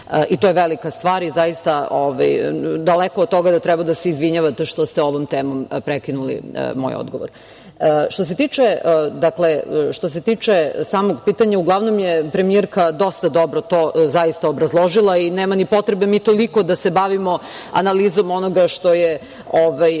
To je velika stvar. Zaista, daleko od toga da treba da se izvinjavate što ste ovom temom prekinuli moj odgovor. Što se tiče samog pitanja, uglavnom je premijerka dosta dobro to zaista obrazložila i nema ni potrebe mi toliko da se bavimo analizom onoga što je